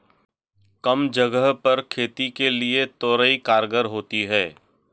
कम जगह पर खेती के लिए तोरई कारगर होती है